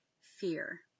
fear